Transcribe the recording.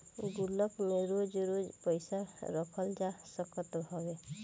गुल्लक में रोज रोज पईसा रखल जा सकत हवे